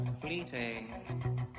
fleeting